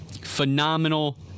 phenomenal